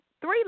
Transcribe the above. three